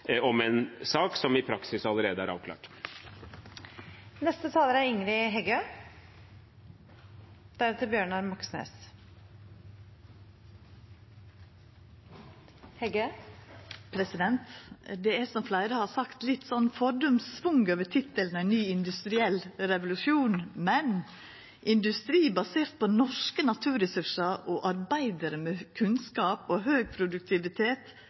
om en sak som i praksis allerede er avklart. Det er, som fleire har sagt, litt sånn fordums schwung over tittelen «en ny industriell revolusjon», men industri basert på norske naturressursar og arbeidarar med kunnskap og høg produktivitet